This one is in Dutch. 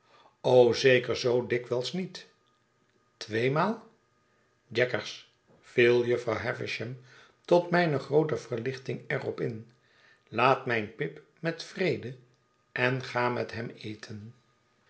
zeker zoo dikwijls niet tweemaal jaggers viel jufvrouw havisham tot mijne groote verlichting er op in laat mijn pip met vrede en ga met hem eten